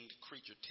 creature